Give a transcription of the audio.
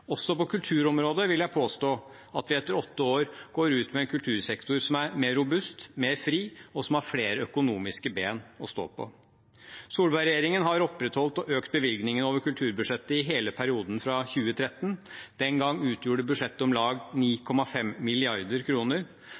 Også på kulturområdet vil jeg påstå at vi etter åtte år går ut med en kultursektor som er mer robust, mer fri, og som har flere økonomiske ben å stå på. Solberg-regjeringen har opprettholdt og økt bevilgningene over kulturbudsjettet i hele perioden fra 2013. Den gang utgjorde budsjettet om lag 9,5